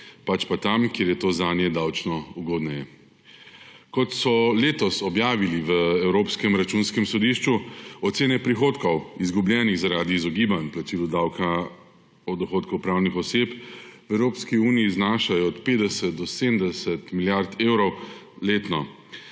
pač pa tam, kjer je to zanje davčno ugodneje. Kot so letos objavili na Evropskem računskem sodišču, ocene prihodkov, izgubljenih zaradi izogibanj plačilu davka od dohodkov pravnih oseb, v Evropski uniji znašajo od 50 do 70 milijard evrov letno.